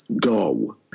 go